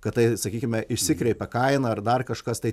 kad tai sakykime išsikreipia kaina ar dar kažkas tai